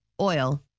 Oil